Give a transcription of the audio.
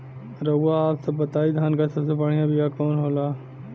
रउआ आप सब बताई धान क सबसे बढ़ियां बिया कवन होला?